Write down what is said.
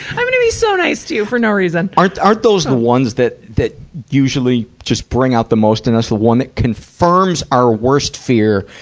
i'm gonna be so nice to you for no reason. aren't, aren't those the ones that, that usually just bring out the most in us? the one that confirms our worst fear,